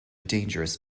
dangerous